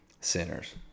sinners